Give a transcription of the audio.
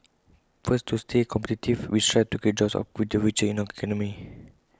first to stay competitive we strive to create jobs of good future in our economy